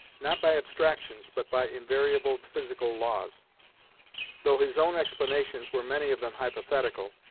not by abstractions but by invariable physical laws though his own explanations were many of them hypothetical,